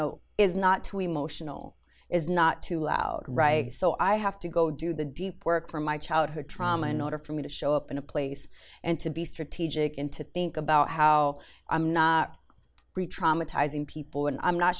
know is not to emotional is not to loud reich so i have to go do the deep work from my childhood trauma in order for me to show up in a place and to be strategic and to think about how i'm not ties in people and i'm not